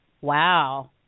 Wow